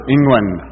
England